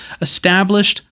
established